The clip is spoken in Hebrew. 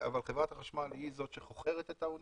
אבל חברת החשמל היא זאת שחוכרת את האנייה,